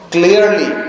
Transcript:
Clearly